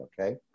okay